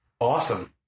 Awesome